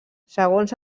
segons